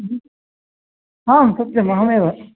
आं सत्यम् अहमेव